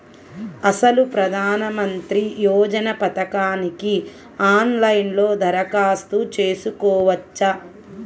అసలు ప్రధాన మంత్రి యోజన పథకానికి ఆన్లైన్లో దరఖాస్తు చేసుకోవచ్చా?